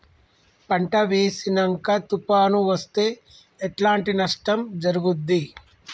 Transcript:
పంట వేసినంక తుఫాను అత్తే ఎట్లాంటి నష్టం జరుగుద్ది?